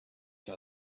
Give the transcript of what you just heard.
hate